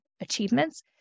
achievements